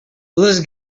les